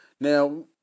Now